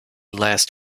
last